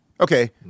Okay